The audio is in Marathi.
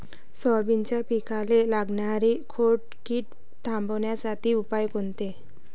सोयाबीनच्या पिकाले लागनारी खोड किड थांबवासाठी उपाय कोनचे?